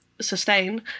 sustain